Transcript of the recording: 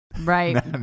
right